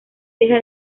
deja